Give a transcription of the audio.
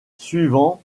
sur